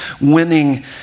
winning